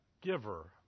giver